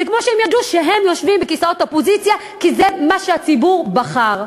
זה כמו שהם יודו שהם יושבים בכיסאות האופוזיציה כי זה מה שהציבור בחר.